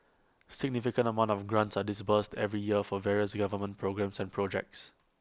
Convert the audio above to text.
significant amounts of grants are disbursed every year for various government programmes and projects